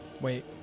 Wait